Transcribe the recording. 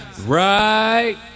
right